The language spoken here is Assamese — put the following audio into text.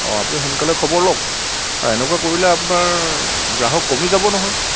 অঁ আপুনি সোনকালে খবৰ লওক আৰু এনেকুৱা কৰিলে আপোনাৰ গ্ৰাহক কমি যাব নহয়